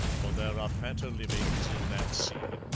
for there are fatter livings in that see.